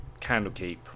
Candlekeep